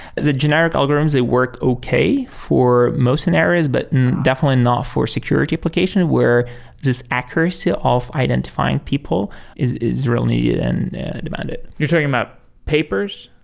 the generic algorithms, they work okay for most scenarios, but definitely not for security application where this accuracy of identifying people is is really and demanded you're talking about papers?